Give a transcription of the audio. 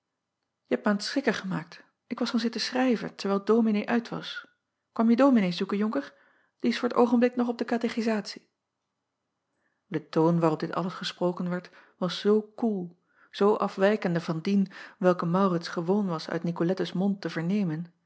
e hebt mij aan t schrikken gemaakt k was gaan zitten schrijven terwijl ominee uit was kwam je ominee zoeken onker die is voor t oogenblik nog op de katechisatie e toon waarop dit alles gesproken werd was zoo koel zoo afwijkende van dien welken aurits gewoon was uit icolettes mond te vernemen